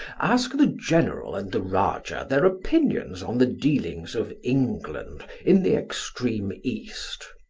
ask the general and the rajah their opinions on the dealings of england in the extreme east,